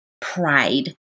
pride